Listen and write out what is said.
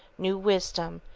new wisdom,